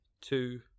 two